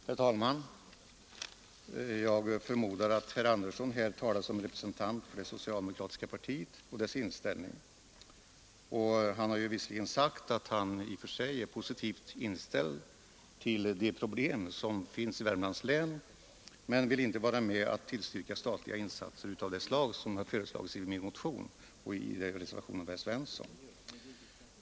Herr talman! Jag förmodar att herr Sivert Andersson i Stockholm här talar såsom representant för det socialdemokratiska partiet och dess inställning. Han säger att han i och för sig är positivt inställd till en lösning av de problem som finns i Värmlands län, men han vill ändå inte vara med om att tillstyrka statliga insatser av det slag som har föreslagits i min motion och i reservationen av herr Svensson i Malmö.